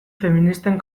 feministen